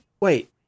wait